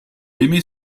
aimait